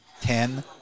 ten